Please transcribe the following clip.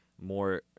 more